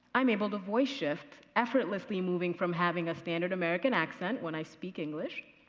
i am able to voice shift effortlessly moving from having a standard american accent when i speak english